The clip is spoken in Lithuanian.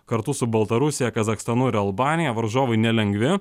kartu su baltarusija kazachstanu ir albanija varžovai nelengvi